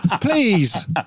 Please